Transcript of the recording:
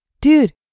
Dude